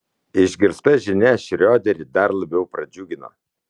išgirsta žinia šrioderį dar labiau pradžiugino